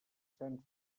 sant